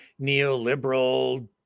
neoliberal